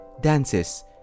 dances